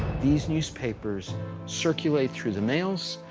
these newspapers circulate through the mails.